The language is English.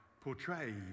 portrayed